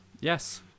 Yes